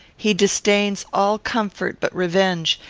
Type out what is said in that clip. he disdains all comfort but revenge,